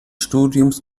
studiums